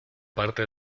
parte